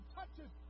touches